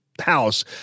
house